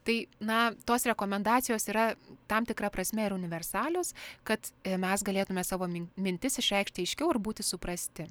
tai na tos rekomendacijos yra tam tikra prasme ir universalios kad mes galėtume savo min mintis išreikšti aiškiau ir būti suprasti